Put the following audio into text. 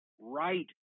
right